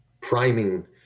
priming